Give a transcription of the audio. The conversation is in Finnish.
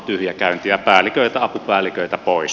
päälliköitä apupäälliköitä pois